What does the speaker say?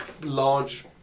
large